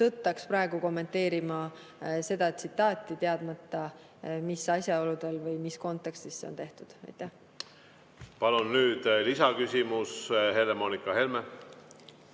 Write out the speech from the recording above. tõttaks praegu kommenteerima seda tsitaati, teadmata, mis asjaoludel või mis kontekstis see on öeldud. Palun nüüd lisaküsimus, Helle-Moonika Helme.